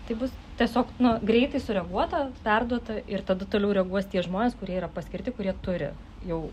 tai bus tiesiog nu greitai sureaguota perduota ir tada toliau reaguos tie žmonės kurie yra paskirti kurie turi jau